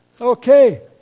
Okay